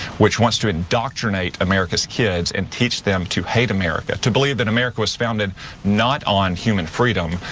which wants to indoctrinate america's kids and teach them to hate america, to believe that america was founded not on human freedom,